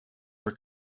were